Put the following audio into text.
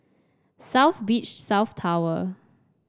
South Beach South Tower